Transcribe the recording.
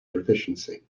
proficiency